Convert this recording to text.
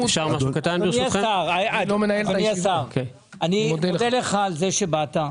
אדוני השר, אני מודה לך על זה שבאת.